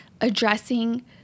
addressing